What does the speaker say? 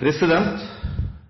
minutter.